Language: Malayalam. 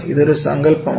ഇതൊരു സങ്കല്പമാണ്